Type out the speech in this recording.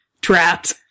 trapped